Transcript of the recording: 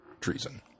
treason